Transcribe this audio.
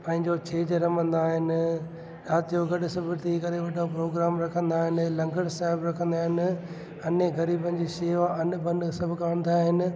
पंहिंजो छेॼ रमंदा आहिनि राति जो गॾु सभु थी करे वॾा प्रोग्राम रखंदा आहिनि लंगर साहिब रखंदा आहिनि अने ग़रीबनि जी शेवा अन बन सब कंदा आहिनि